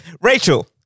Rachel